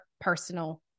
personal